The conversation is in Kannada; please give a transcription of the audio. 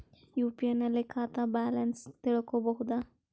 ಯು.ಪಿ.ಐ ನಲ್ಲಿ ಖಾತಾ ಬ್ಯಾಲೆನ್ಸ್ ತಿಳಕೊ ಬಹುದಾ?